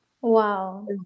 Wow